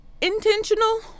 intentional